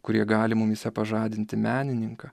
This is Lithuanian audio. kurie gali mumyse pažadinti menininką